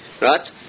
right